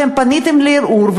אתם פניתם לערעור,